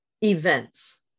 events